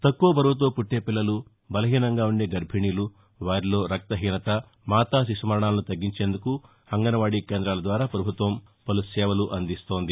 తక్కువ బరువుతో పుట్టే పిల్లలు బలహీనంగా ఉండే గర్భిణీలు వారిలో రక్తహీనత మాతా శిశుమరణాలను తగ్గించేందుకు అంగన్వాడీ కేంద్రాల ద్వారా పభుత్వం పలు సేవలు అందిస్తోంది